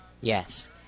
Yes